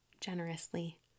generously